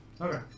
Okay